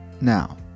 now